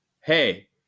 Hey